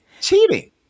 Cheating